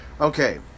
okay